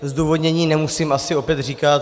Zdůvodnění nemusím asi opět říkat.